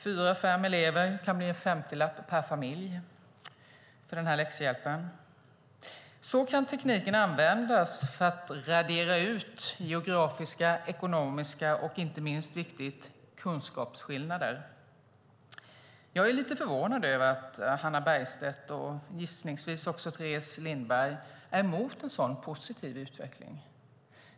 Fyra fem elever kan bli en femtilapp per familj för den läxhjälpen. Så kan tekniken användas för att radera ut geografiska och ekonomiska skillnader och, inte minst viktigt, kunskapsskillnader. Jag är lite förvånad över att Hannah Bergstedt, och gissningsvis också Teres Lindberg, är emot en sådan positiv utveckling.